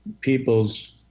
people's